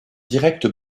directe